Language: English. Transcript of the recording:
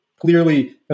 clearly